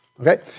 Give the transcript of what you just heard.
Okay